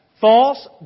false